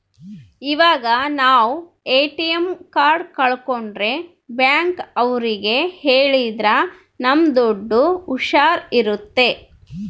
ಇವಾಗ ನಾವ್ ATM card ಕಲ್ಕೊಂಡ್ರೆ ಬ್ಯಾಂಕ್ ಅವ್ರಿಗೆ ಹೇಳಿದ್ರ ನಮ್ ದುಡ್ಡು ಹುಷಾರ್ ಇರುತ್ತೆ